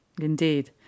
Indeed